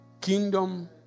Kingdom